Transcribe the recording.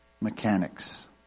mechanics